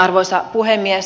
arvoisa puhemies